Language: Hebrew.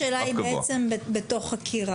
ופה השאלה היא בתוך חקירה,